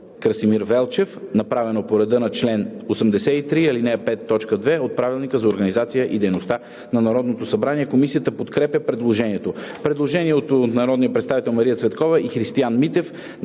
Красимир Велчев направено по реда на чл. 83, ал. 5 т. 2 от Правилника за организацията и дейността на Народното събрание. Комисията подкрепя предложението. Предложение от народните представители Мария Цветкова и Христиан Митев,